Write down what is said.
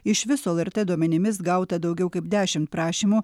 iš viso lrt duomenimis gauta daugiau kaip dešimt prašymų